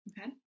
Okay